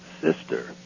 sister